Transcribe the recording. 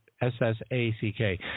S-S-A-C-K